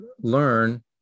learn